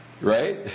right